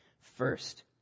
First